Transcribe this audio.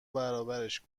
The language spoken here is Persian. برابرش